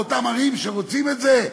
באותן ערים שרוצים את זה,